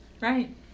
right